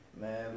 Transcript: Man